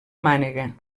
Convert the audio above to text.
mànega